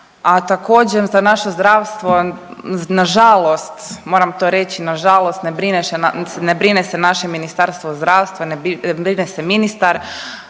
A također za naše zdravstvo nažalost, moram to reći nažalost ne brine se naše Ministarstvo zdravstva, ne brine se ministar.